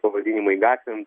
pavadinimai gatvėm